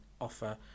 offer